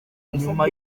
nyuma